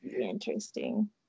Interesting